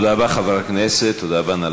תודה רבה, חברי הכנסת, תודה רבה.